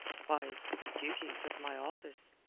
why, the duties of my office.